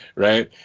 right.